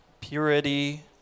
Purity